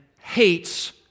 hates